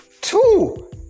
Two